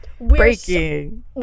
breaking